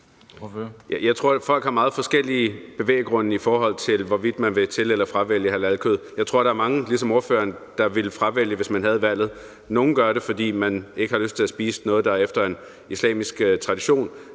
Jeg tror, at folk har meget forskellige bevæggrunde, i forhold til om de vil til- eller fravælge halalslagtet kød. Jeg tror, at der er mange, der ligesom ordføreren ville fravælge det, hvis de havde valget. Nogle ville gøre det, fordi de ikke har lyst til at spise noget, der er slagtet efter en islamisk tradition,